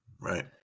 right